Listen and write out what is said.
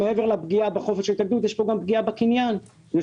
יכול להיות